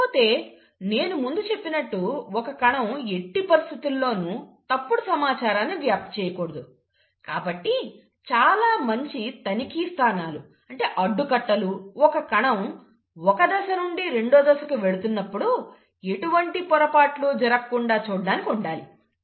కాకపోతే నేను ముందు చెప్పినట్టు ఒక కణం ఎట్టి పరిస్థితుల్లోనూ తప్పుడు సమాచారాన్ని వ్యాప్తి చెయ్యకూడదు కాబట్టి చాలా మంచి తనిఖీ స్థానాలు అడ్డుకట్టలు ఒక కణం ఒక దశ నుండి రెండో దశకు వెళుతున్నప్పుడు ఎటువంటి పొరపాట్లు జరగకుండా చూడడానికి ఉండాలి